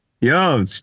Yo